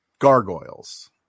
gargoyles